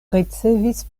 ricevis